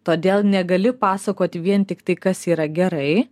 todėl negali pasakot vien tiktai kas yra gerai